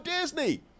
Disney